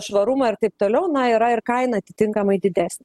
švarumą ir taip toliau na yra ir kaina atitinkamai didesnė